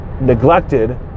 neglected